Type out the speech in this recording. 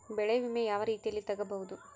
ಬೆಳೆ ವಿಮೆ ಯಾವ ರೇತಿಯಲ್ಲಿ ತಗಬಹುದು?